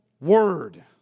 word